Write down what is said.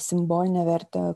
simbolinę vertę